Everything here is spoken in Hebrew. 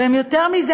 ויותר מזה,